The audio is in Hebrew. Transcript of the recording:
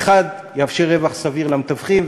מחד גיסא הוא יאפשר רווח סביר למתווכים,